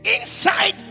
inside